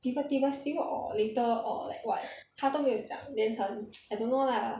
pivot table still or later or like what 他都没有讲 then 很 I don't know lah